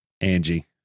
Angie